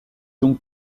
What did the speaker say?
donc